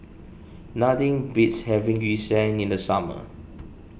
nothing beats having Yu Sheng in the summer